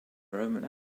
roman